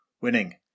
winning